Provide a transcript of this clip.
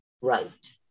right